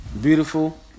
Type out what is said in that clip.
Beautiful